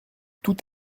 tout